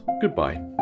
goodbye